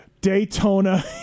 daytona